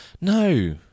No